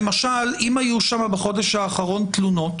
למשל, אם היו שם בחודש האחרון תלונות